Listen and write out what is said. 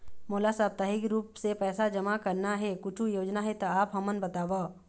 मोला साप्ताहिक रूप से पैसा जमा करना हे, कुछू योजना हे त आप हमन बताव?